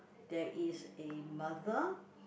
there is a mother